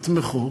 יתמכו,